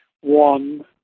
one